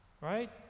right